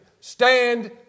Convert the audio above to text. stand